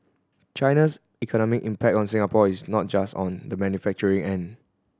China's economic impact on Singapore is not just on the manufacturing end